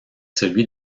celui